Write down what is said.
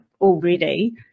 already